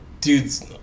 dude's